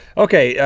okay, yeah